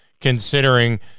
considering